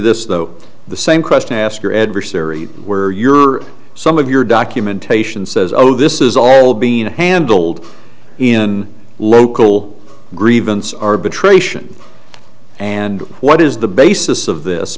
this though the same question ask your adversary where your some of your documentation says oh this is all being handled in local grievance arbitration and what is the basis of this